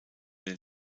den